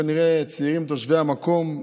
כנראה צעירים תושבי המקום,